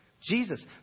Jesus